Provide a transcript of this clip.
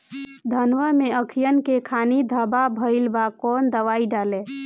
धनवा मै अखियन के खानि धबा भयीलबा कौन दवाई डाले?